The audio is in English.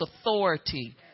authority